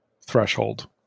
threshold